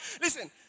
Listen